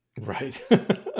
Right